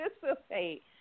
participate